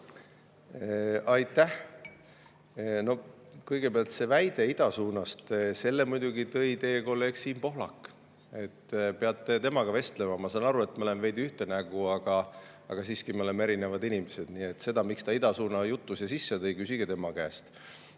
Aitäh! Kõigepealt see väide idasuunast. Selle muidugi tõi teie kolleeg Siim Pohlak, peate temaga vestlema. Ma saan aru, et me oleme veidi ühte nägu, aga me oleme siiski erinevad inimesed. Seda, miks ta idasuunajutu sisse tõi, küsige tema käest. Ja